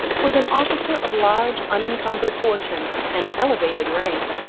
was an officer of large unincumbered fortune and elevated rank,